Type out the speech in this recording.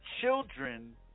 children